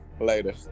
Later